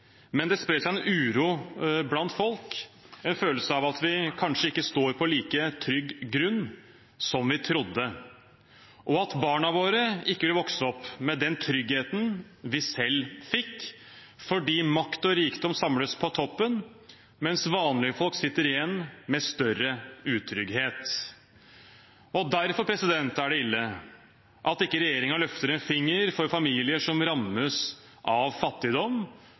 men det sprer seg en uro blant folk, en følelse av at vi kanskje ikke står på like trygg grunn som vi trodde, og at barna våre ikke vil vokse opp med den tryggheten vi selv fikk, fordi makt og rikdom samles på toppen, mens vanlige folk sitter igjen med større utrygghet. Derfor er det ille at regjeringen ikke løfter en finger for familier som rammes av fattigdom,